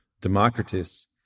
Democritus